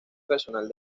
personal